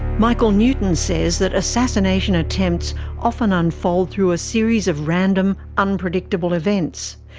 michael newton says that assassination attempts often unfold through a series of random unpredictable events.